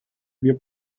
wir